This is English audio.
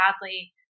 badly